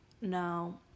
No